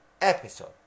episode